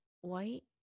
white